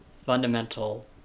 fundamental